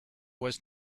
was